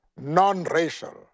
non-racial